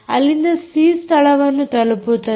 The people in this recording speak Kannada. ಅಲ್ಲಿಂದ ಸಿ ಸ್ಥಳವನ್ನು ತಲುಪುತ್ತದೆ